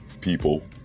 people